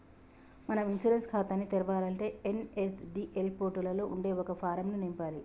మనం ఇన్సూరెన్స్ ఖాతాని తెరవాలంటే ఎన్.ఎస్.డి.ఎల్ పోర్టులలో ఉండే ఒక ఫారం ను నింపాలి